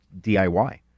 DIY